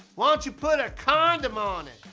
why don't you put a condom on it?